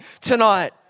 tonight